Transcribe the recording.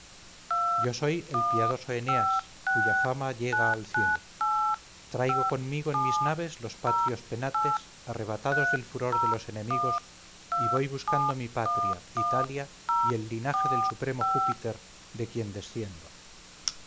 yo soy el piadoso eneas cuya fama llega al cielo traigo conmigo en mis naves los patrios penates arrebatados del furor de los enemigos y voy buscando mi patria italia y el linaje del supremo júpiter de quien desciendo